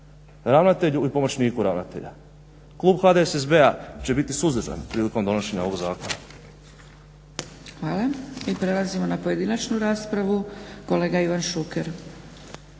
ravnatelju i pomoćniku ravnatelja. Klub HDSSB-a će biti suzdržan prilikom donošenja ovog zakona. **Zgrebec, Dragica (SDP)** Hvala. I prelazimo na pojedinačnu raspravu. Kolega Ivan Šuker.